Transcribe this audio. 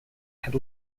had